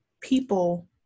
people